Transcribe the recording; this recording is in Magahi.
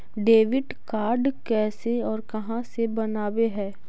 डेबिट कार्ड कैसे और कहां से बनाबे है?